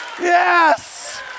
Yes